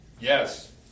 Yes